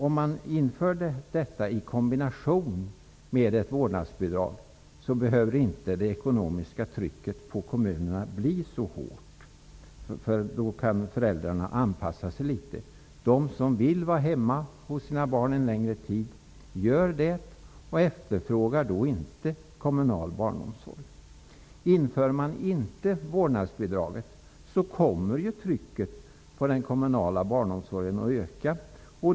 Om vi inför detta i kombination med ett vårdnadsbidrag behöver inte det ekonomiska trycket på kommunerna bli så hårt eftersom föräldrarna då kan anpassa sig litet. De som vill vara hemma hos sina barn en längre tid är det och efterfrågar då inte kommunal barnomsorg. Inför man inte vårdnadsbidraget kommer trycket på den kommunala barnomsorgen att öka.